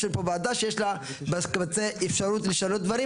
יש לנו פה ועדה שיש לה אפשרות לשנות דברים,